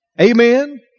Amen